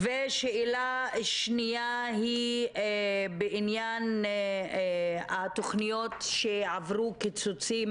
שאלה שנייה היא בעניין התכניות שעברו קיצוצים